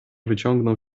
wyciągnął